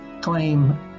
claim